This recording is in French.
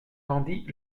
tendit